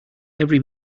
every